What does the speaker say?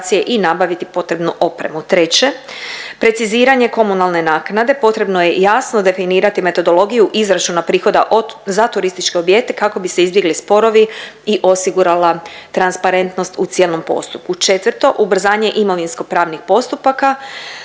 i nabaviti potrebnu opremu. Treće, preciziranje komunalne naknade, potrebno je jasno definirati metodologiju izračuna prihoda od, za turističke objekte kako bi se izbjegli sporovi i osigurala transparentnost u cijelom postupku. Četvrto, ubrzanje imovinskopravnih postupaka,